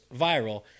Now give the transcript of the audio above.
viral